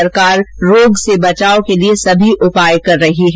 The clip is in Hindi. सरकार रोग से बचाव के लिए सभी उपाय कर रही है